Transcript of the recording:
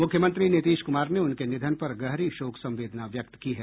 मुख्यमंत्री नीतीश कुमार ने उनके निधन पर गहरी शोक संवेदना व्यक्त की है